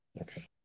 Okay